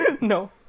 No